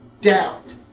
doubt